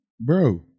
bro